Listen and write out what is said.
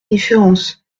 différence